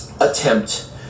attempt